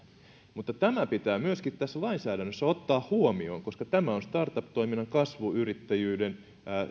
mutta tämä pitää myöskin tässä lainsäädännössä ottaa huomioon koska tämä on startup toiminnan kasvuyrittäjyyden